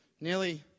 nearly